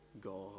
God